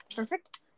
Perfect